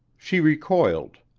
she recoiled.